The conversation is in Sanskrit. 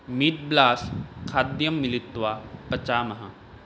मिड्ब्लास् खाद्यं मिलित्वा पचामः